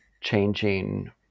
changing